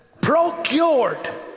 procured